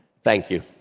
thank you.